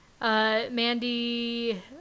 mandy